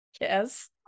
Yes